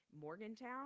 Morgantown